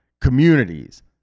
communities